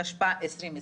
התשפ"א-2020.